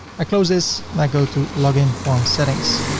i close this and i go to login form settings.